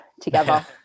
together